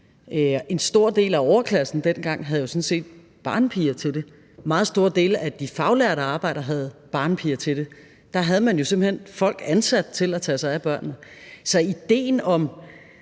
En stor del af overklassen dengang havde jo sådan set barnepiger til det. Meget store dele af de faglærte arbejdere havde barnepiger til det. Man havde jo simpelt hen folk ansat til at tage sig af børnene, så ideen om